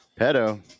Pedo